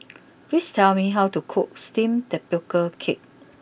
please tell me how to cook Steamed Tapioca Cake